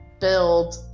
build